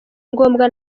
ngombwa